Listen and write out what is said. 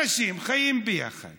אנשים חיים ביחד